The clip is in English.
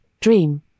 dream